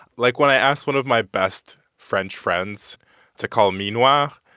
like, when i asked one of my best french friends to call me noir,